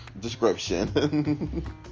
description